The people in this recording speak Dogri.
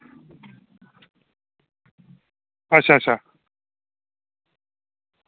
अच्छा अच्छा